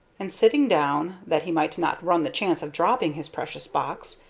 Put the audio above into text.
and, sitting down, that he might not run the chance of dropping his precious box,